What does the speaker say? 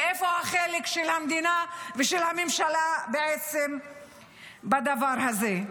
ואיפה החלק של המדינה ושל הממשלה בעצם בדבר הזה?